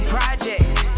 Project